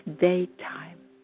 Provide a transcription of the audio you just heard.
daytime